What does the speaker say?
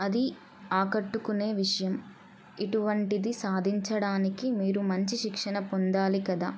అది ఆకట్టుకునే విషయం ఇటువంటిది సాధించడానికి మీరు మంచి శిక్షణ పొందాలి కదా